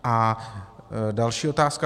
A další otázka.